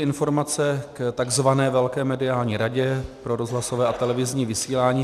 Informace k tzv. velké mediální radě, Radě pro rozhlasové a televizní vysílání.